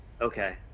okay